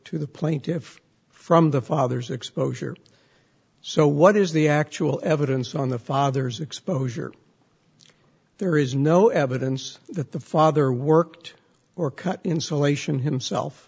to the plaintiff from the father's exposure so what is the actual evidence on the father's exposure there is no evidence that the father worked or cut insulation himself